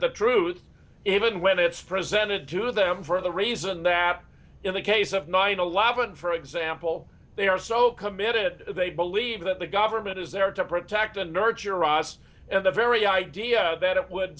the truth even when it's presented to them for the reason that in the case of nine eleven for example they are so committed they believe that the government is there to protect and nurture us and the very idea that it would